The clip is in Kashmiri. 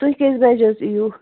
تُہۍ کٔژِ بَجہِ حظ یِیو